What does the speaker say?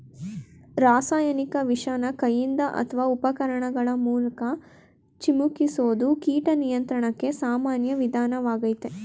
ರಾಸಾಯನಿಕ ವಿಷನ ಕೈಯಿಂದ ಅತ್ವ ಉಪಕರಣಗಳ ಮೂಲ್ಕ ಚಿಮುಕಿಸೋದು ಕೀಟ ನಿಯಂತ್ರಣಕ್ಕೆ ಸಾಮಾನ್ಯ ವಿಧಾನ್ವಾಗಯ್ತೆ